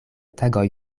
tagoj